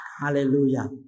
Hallelujah